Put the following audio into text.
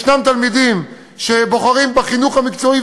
יש תלמידים שבוחרים בחינוך המקצועי,